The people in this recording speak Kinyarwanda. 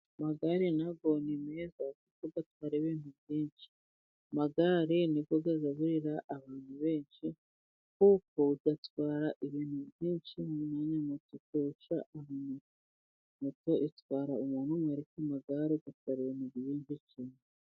Amagare nayo ni meza kuko atwara ibintu byinshi, amagare nayo agaburira abantu benshi, kuko atwara ibintu byinshi mu mwanya wa moto, moto itwara umuntu umwe ariko amagare ibintu byinshi cyane.